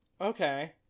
Okay